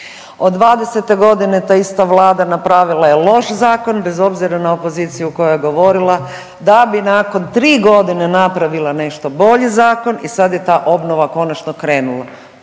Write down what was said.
Od '20. godine ta ista Vlada napravila je loš zakon bez obzira na opoziciju koja je govorila da bi nakon tri godine napravila nešto bolji zakon i sad je ta obnova konačno krenula.